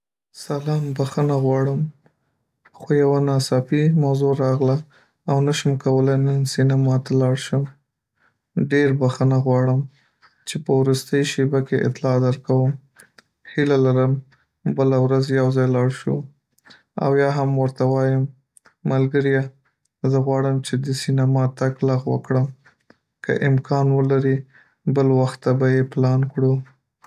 سلام! بخښنه غواړم، خو یوه ناڅاپي موضوع راغله او نه شم کولی نن سینما ته لاړ شم. ډېر بښنه غواړم چې په وروستۍ شېبه کې اطلاع درکوم هیله لرم بله ورځ یو ځای لاړ شو او یا هم ورته وایم: ملګریه! زه غواړم چې د سینما تګ لغوه کړم که امکان ولري بل وخت ته به یې پلان کړو.